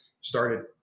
Started